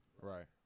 Right